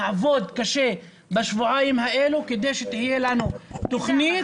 נעבוד קשה בשבועיים האלה כדי שתהיה לנו תוכנית.